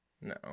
No